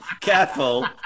Careful